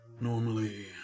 Normally